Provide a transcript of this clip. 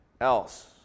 else